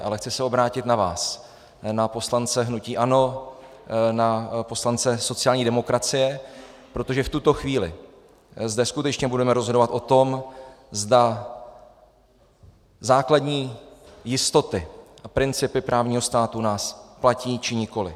Ale chci se obrátit na vás, na poslance hnutí ANO, na poslance sociální demokracie, protože v tuto chvíli zde skutečně budeme rozhodovat o tom, zda základní jistoty a principy právního státu u nás platí, či nikoliv.